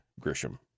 Grisham